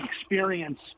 experience